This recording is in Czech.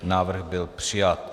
Návrh byl přijat.